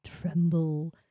tremble